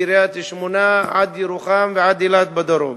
מקריית-שמונה עד ירוחם ועד אילת בדרום.